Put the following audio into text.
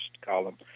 column